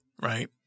right